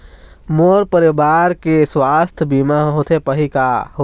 मोर परवार के सुवास्थ बीमा होथे पाही का?